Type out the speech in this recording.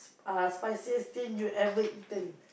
ah spiciest thing you ever eaten